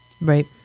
right